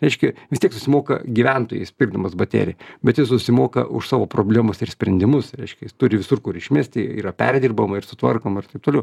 reiškia vis tiek susimoka gyventojas pirkdamas bateriją bet jis susimoka už savo problemas ir sprendimus reiškia jis turi visur kur išmesti yra perdirbama ir sutvarkoma ir taip toliau